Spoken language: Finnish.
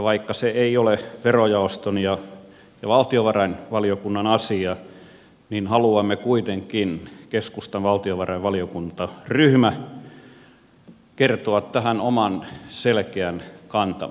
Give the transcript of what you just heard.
vaikka se ei ole verojaoston ja valtiovarainvaliokunnan asia niin haluamme kuitenkin keskustan valtiovarainvaliokuntaryhmä kertoa tähän oman selkeän kantamme